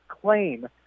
claim